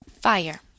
Fire